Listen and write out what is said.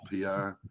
PI